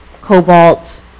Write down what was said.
cobalt